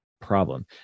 problem